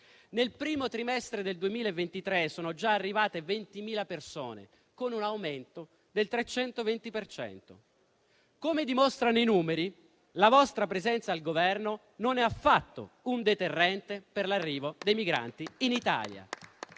nel primo trimestre del 2023 sono già arrivate 20.000 persone, con un aumento del 320 per cento. Come dimostrano i numeri, la vostra presenza al Governo non è affatto un deterrente per l'arrivo dei migranti in Italia